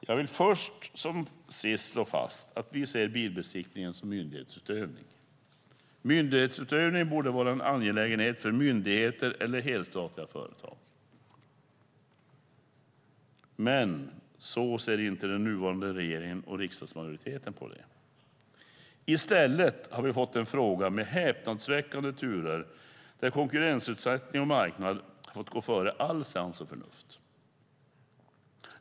Jag vill först som sist slå fast att vi ser bilbesiktning som myndighetsutövning. Myndighetsutövning borde vara en angelägenhet för myndigheter eller för helstatliga företag. Men så ser inte den nuvarande regeringen och riksdagsmajoriteten på det. I stället har vi fått en fråga med häpnadsväckande turer, där konkurrensutsättning och marknad har fått gå före all sans och förnuft.